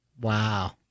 Wow